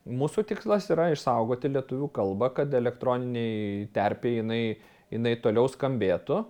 mūsų tikslas yra išsaugoti lietuvių kalbą kad elektroninėj terpėj jinai jinai toliau skambėtų